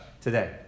today